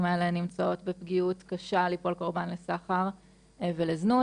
האלה נמצאות בפגיעות קשה ליפול קורבן לסחר ולזנות.